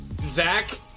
Zach